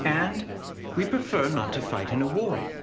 and we prefer not to fight in a war.